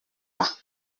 pas